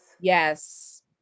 Yes